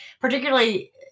particularly